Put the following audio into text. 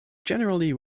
generally